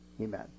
amen